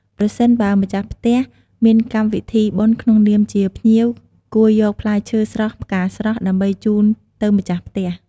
ប្រសិនបើម្ចាស់ផ្ទះមានកម្មវិធីបុណ្យក្នុងនាមជាភ្ញៀវគួរយកផ្លែឈើស្រស់ផ្ការស្រស់ ដើម្បីជូនទៅម្ចាស់ផ្ទះ។